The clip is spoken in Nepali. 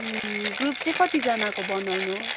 अँ ग्रुप चाहिँ कतिजनाको बनाउनु